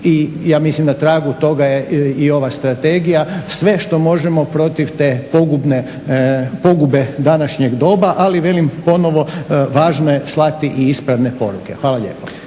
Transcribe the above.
i ja mislim na tragu toga je i ova strategija, sve što možemo protiv te pogubne, pogube današnje doba, ali velim ponovo važno je slati i ispravne poruke. Hvala lijepo.